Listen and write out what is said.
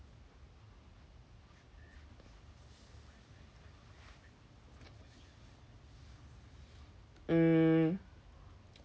mm